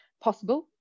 possible